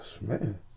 man